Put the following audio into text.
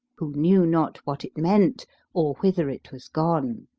who knew not what it meant or whither it was gone